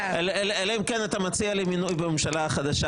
אלא אם כן אתה מציע לי מינוי בממשלה החדשה